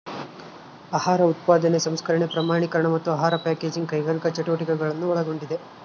ಆಹಾರ ಉತ್ಪಾದನೆ ಸಂಸ್ಕರಣೆ ಪ್ರಮಾಣೀಕರಣ ಮತ್ತು ಆಹಾರ ಪ್ಯಾಕೇಜಿಂಗ್ ಕೈಗಾರಿಕಾ ಚಟುವಟಿಕೆಗಳನ್ನು ಒಳಗೊಂಡಿದೆ